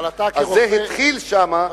אז זה התחיל שם,